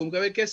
כי הוא מקבל כסף.